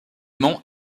monts